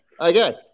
Okay